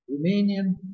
Romanian